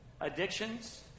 Addictions